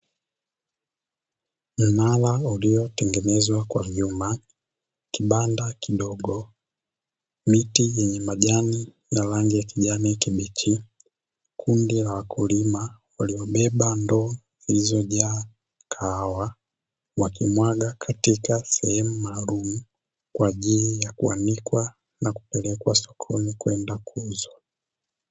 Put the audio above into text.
Mnara uliotengenezwa kwa vyuma, kibanda kidogo, miti yenye majani ya rangi ya kijani kibichi, kundi la wakulima waliobeba ndoo zilizojaa kahawa wakimwaga katika sehemu maalumu kwa ajili ya kuanikwa na kupelekwa sokoni kwenda kuuzwa.